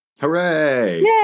Hooray